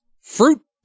Fruit